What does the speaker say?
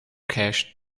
cache